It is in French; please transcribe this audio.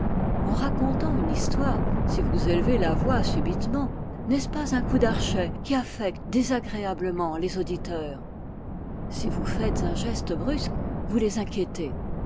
en racontant une histoire si vous élevez la voix subitement n'est-ce pas un coup d'archet qui affecte désagréablement les auditeurs si vous faites un geste brusque vous les inquiétez